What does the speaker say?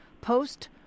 post